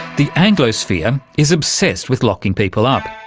the anglosphere is obsessed with locking people up.